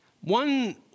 One